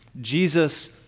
Jesus